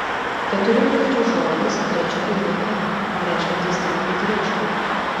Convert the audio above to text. keturių raidžių žodis trečia raidė m reiškiantis didelį triukšmą